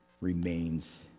remains